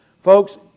Folks